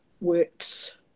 works